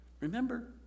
Remember